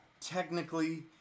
technically